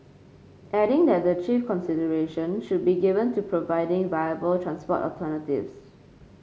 adding that the chief consideration should be given to providing viable transport alternatives